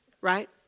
Right